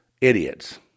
idiots